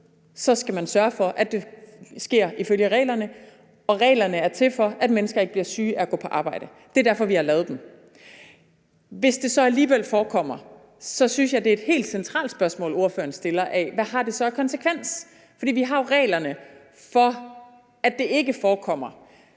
skal man sørge for, at det sker ifølge reglerne. Reglerne er til for, at mennesker ikke bliver syge af at gå på arbejde. Det er derfor, vi har lavet dem. Hvis det så alligevel forekommer, synes jeg, at det er et helt centralt spørgsmål, ordføreren stiller, om, hvad det så har af konsekvenser. Vi har jo reglerne, for at det ikke forekommer.